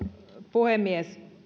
puhemies